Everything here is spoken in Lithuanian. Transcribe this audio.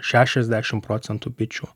šešiasdešim procentų bičių